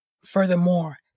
Furthermore